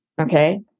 okay